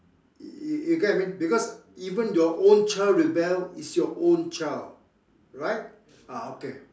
you you you get what I mean because even your own child rebel is your own child right ah okay